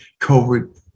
COVID